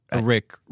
Rick